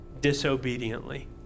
disobediently